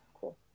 cool